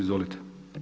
Izvolite.